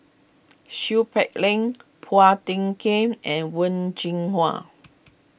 Seow Peck Leng Phua Thin Kiay and Wen Jinhua